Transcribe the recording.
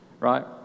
right